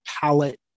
palette